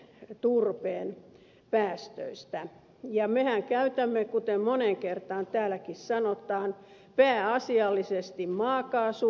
se on noin puolet turpeen päästöistä ja mehän käytämme kuten moneen kertaan täälläkin sanotaan pääasiallisesti maakaasua